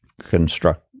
construct